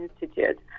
Institute